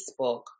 Facebook